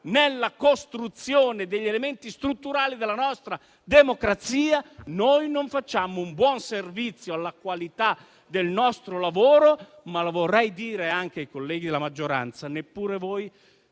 nella costruzione degli elementi strutturali della nostra democrazia, infatti, noi non rendiamo un buon servizio alla qualità del nostro lavoro. E vorrei anche dire, ai colleghi della maggioranza, che neppure voi